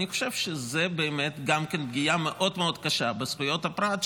אני חושב שזאת גם כן פגיעה מאוד קשה בזכויות הפרט,